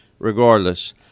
Regardless